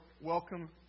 welcome